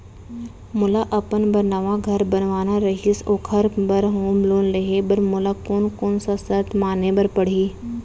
मोला अपन बर नवा घर बनवाना रहिस ओखर बर होम लोन लेहे बर मोला कोन कोन सा शर्त माने बर पड़ही?